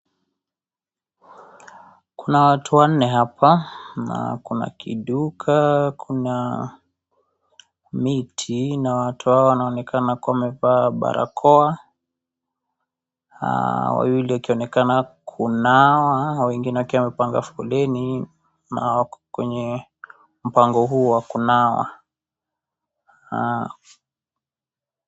Kuna watu wanne hapa na kuna kiduka kuna miti na watu hawa wanaonekana kuwa wamevaa barakoa wawili wakionekana kunawa wengine wakiwa wamepanga foreni wa wako kwenye mpango huo wa kunawa.